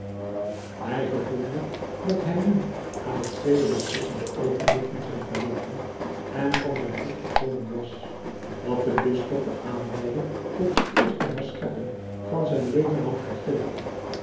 hij gevoelde dat hij nu aan het tweede beslissende oogenblik van zijn geweten en van zijn lot gekomen was dat de bisschop de aanleiding tot de eerste herschepping van zijn leven had gegeven